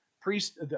priest